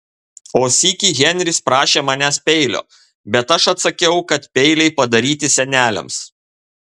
o sykį henris prašė manęs peilio bet aš atsakiau kad peiliai padaryti seneliams